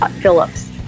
Phillips